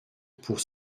pour